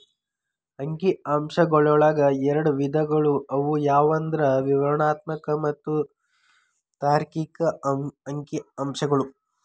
ಅಂಕಿ ಅಂಶಗಳೊಳಗ ಎರಡ್ ವಿಧಗಳು ಅವು ಯಾವಂದ್ರ ವಿವರಣಾತ್ಮಕ ಮತ್ತ ತಾರ್ಕಿಕ ಅಂಕಿಅಂಶಗಳು